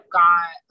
got